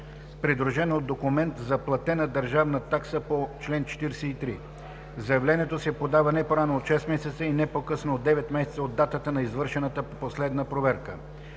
придружено от документ за платена държавна такса по чл. 43. Заявлението се подава не по-рано от 6 месеца и не по-късно от 9 месеца от датата на извършената последна проверка.“